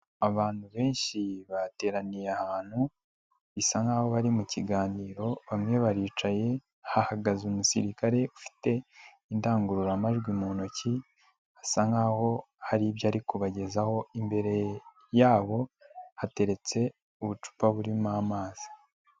Abantu benshi bateraniye ahantu, bisa nkaho bari mu kiganiro, bamwe baricaye, hahagaze umusirikare ufite indangururamajwi mu ntoki, asa nkaho hari ibyo ariko kuba kubagezaho, imbere yabo hateretse ubucupa burimo amazi.